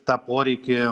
tą poreikį